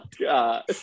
God